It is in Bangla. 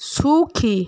সুখী